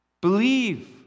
Believe